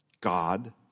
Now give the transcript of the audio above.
God